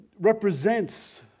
represents